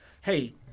hey